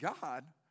God